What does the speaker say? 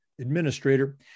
administrator